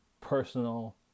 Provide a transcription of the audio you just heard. personal